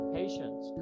patience